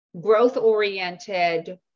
growth-oriented